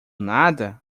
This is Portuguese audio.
nada